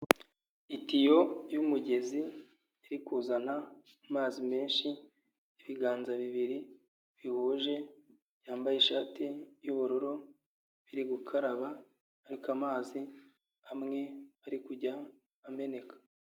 Itiyo y'umugezi iri kuzana amazi menshi, ibiganza bibiri bihuje, byambaye ishati y'ubururu, biri gukaraba, ariko amazi amwe ari kujya ameneka.